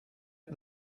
set